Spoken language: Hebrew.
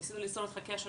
'ניסינו ליצור איתך קשר